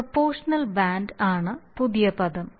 proportional band ആണ് പുതിയ പദം